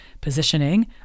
Positioning